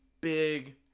big